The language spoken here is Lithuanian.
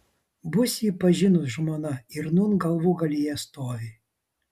bus jį pažinus žmona ir nūn galvūgalyje stovi